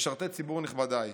משרתי ציבור, נכבדיי,